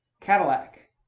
Cadillac